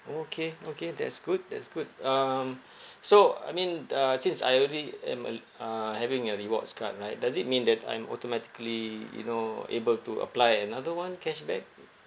okay okay that's good that's good um so I mean uh since I already am al~ uh having a rewards card right does it mean that I'm automatically you know able to apply another one cashback